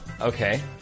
Okay